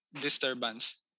disturbance